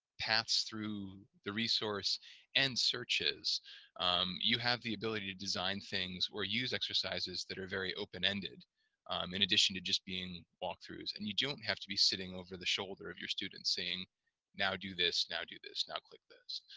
paths through the resource and searches you have the ability to design things or use exercises that are very open-ended in addition to just being walkthroughs and you don't have to be sitting over the shoulder of your students saying now do this, now do this, now click this.